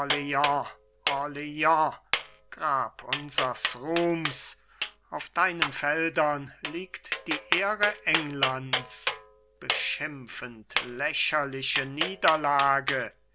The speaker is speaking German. grab unsers ruhms auf deinen feldern liegt die ehre englands beschimpfend lächerliche niederlage